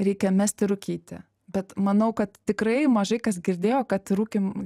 reikia mesti rūkyti bet manau kad tikrai mažai kas girdėjo kad rūkym